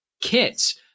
kits